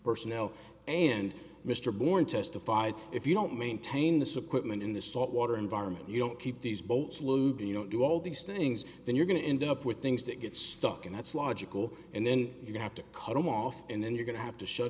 personnel and mr bourne testified if you don't maintain the sequenom and in the salt water environment you don't keep these boats loading you don't do all these things then you're going to end up with things to get stuck in that's logical and then you have to cut them off and then you're going to have to shut